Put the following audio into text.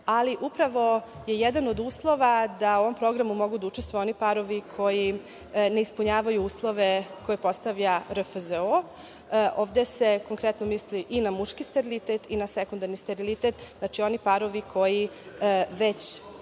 ali upravo je jedan od uslova da u ovom programu mogu da učestvuju oni parovi koji ne ispunjavaju uslove koje postavlja RFZO. Ovde se konkretno misli i na muški sterilitet i na sekundarni sterilitet, znači oni parovi koji već